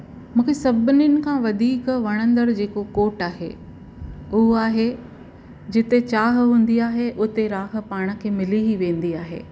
मूंखे सभिनीनि खां वधीक वणंदड़ जेको कोट आहे उहो आहे जिते चाह हूंदी आहे उते राह पाण खे मिली ई वेंदी आहे